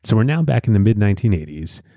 so we're now back in the mid nineteen eighty s.